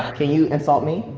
can you insult me?